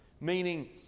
Meaning